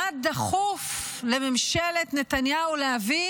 מה דחוף לממשלת נתניהו להביא